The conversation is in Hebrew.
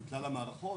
לכלל המערכות.